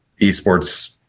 esports